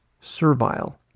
servile